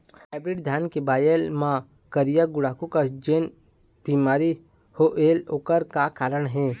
Hybrid धान के बायेल मां करिया गुड़ाखू कस जोन बीमारी होएल ओकर का कारण हे?